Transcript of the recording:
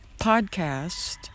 podcast